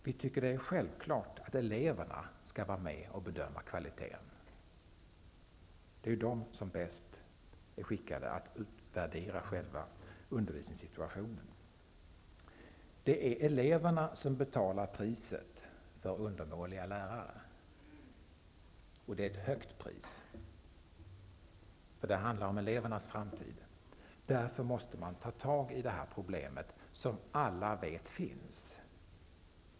Vi anser också att det är självklart att eleverna skall vara med och bedöma kvaliteten, eftersom de är bäst skickade att utvärdera själva undervisningssituationen. Eleverna betalar priset för undermåliga lärare, och det är ett högt pris. Det handlar ju om elevernas framtid. Man måste därför ta tag i detta problem, som alla vet finns.